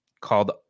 called